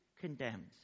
condemned